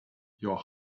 your